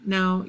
Now